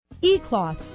e-cloth